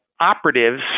operatives